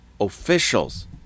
officials